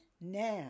now